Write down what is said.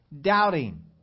doubting